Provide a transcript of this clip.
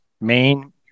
main